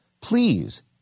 please